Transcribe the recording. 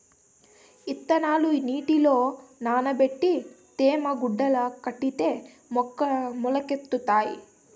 ఇత్తనాలు నీటిలో నానబెట్టి తేమ గుడ్డల కడితే మొలకెత్తుతాయి